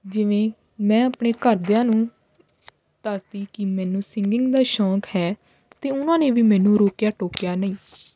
ਜਿਵੇਂ ਮੈਂ ਆਪਣੇ ਘਰਦਿਆਂ ਨੂੰ ਦੱਸਦੀ ਕਿ ਮੈਨੂੰ ਸਿੰਗਿੰਗ ਦਾ ਸ਼ੌਂਕ ਹੈ ਤਾਂ ਉਹਨਾਂ ਨੇ ਵੀ ਮੈਨੂੰ ਰੋਕਿਆ ਟੋਕਿਆ ਨਹੀਂ